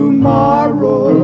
tomorrow